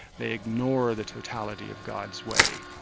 they ignore the totality of god's way.